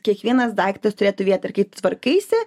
kiekvienas daiktas turėtų vietą ir kai tu tvarkaisi